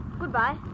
goodbye